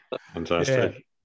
Fantastic